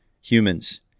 humans